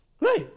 right